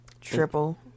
triple